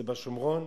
זה בשומרון.